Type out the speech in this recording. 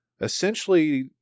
essentially